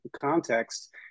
context